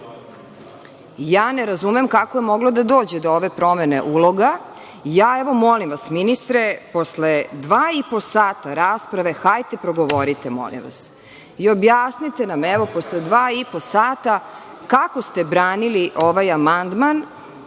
ne razumem kako je moglo da dođe do ove promene uloga. Molim vas ministre, posle dva i po sata rasprave, hajde progovorite molim vas i objasnite nam evo, posle dva i po sata, kako ste branili ovaj amandman